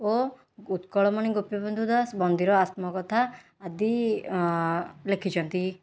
ଓ ଉତ୍କଳମଣି ଗୋପିବନ୍ଧୁ ଦାସ ବନ୍ଦୀର ଆତ୍ମ କଥା ଆଦି ଲେଖିଛନ୍ତି